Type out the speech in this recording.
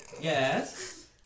Yes